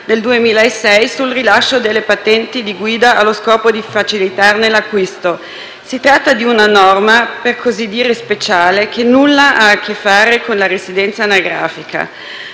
del 2006 sul rilascio delle patenti di guida allo scopo di facilitarne l'acquisto. Si tratta di una norma, per così dire, speciale, che nulla ha a che fare con la residenza anagrafica.